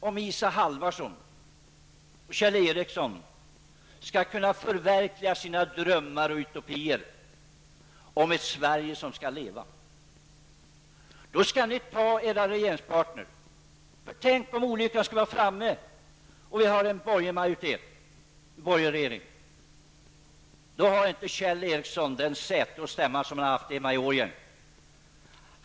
Om Isa Halvarsson och Kjell Ericsson skall kunna förverkliga sina drömmar och utopier om ett Sverige som skall leva, skall ni välja er regeringspartner. Tänk om olyckan skulle vara framme och vi skulle få en borgerlig majoritet och därmed en borgerlig regering. Då skulle inte Kjell Ericsson få det säte och den stämma som han har haft hemma i Årjäng.